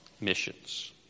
missions